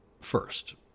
first